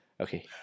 Okay